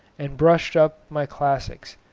and brushed up my classics,